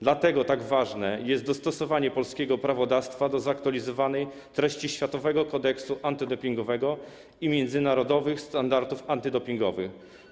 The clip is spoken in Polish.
Dlatego tak ważne jest dostosowanie polskiego prawodawstwa do zaktualizowanej treści Światowego Kodeksu Antydopingowego i międzynarodowych standardów antydopingowych.